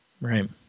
Right